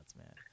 man